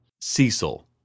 Cecil